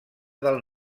del